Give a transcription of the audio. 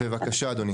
בבקשה אדוני.